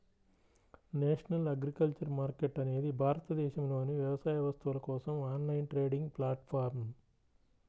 national agriculture market అనేది భారతదేశంలోని వ్యవసాయ వస్తువుల కోసం ఆన్లైన్ ట్రేడింగ్ ప్లాట్ఫారమ్